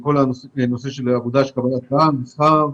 כל נושא קבלת קהל, מסחר,